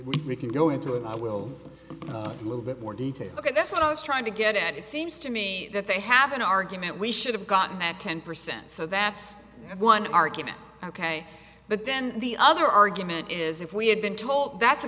can go into it i will little bit more detail ok that's what i was trying to get at it seems to me that they have an argument we should have gotten that ten percent so that's one argument ok but then the other argument is if we had been told that